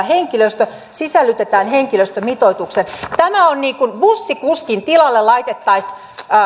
henkilöstö sisällytetään henkilöstömitoitukseen tämä on niin kuin bussikuskin tilalle laitettaisiin